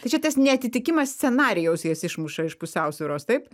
tai čia tas neatitikimas scenarijaus jas išmuša iš pusiausvyros taip